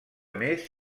més